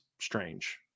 strange